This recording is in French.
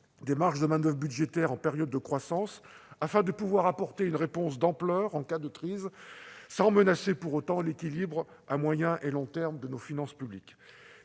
des marges de manoeuvre budgétaires en période de croissance, ce qui nous permettra d'apporter une réponse d'ampleur en cas de crise sans menacer pour autant l'équilibre à moyen et long terme de nos finances publiques.